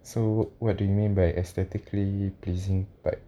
so what do you mean by aesthetically pleasing but